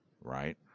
right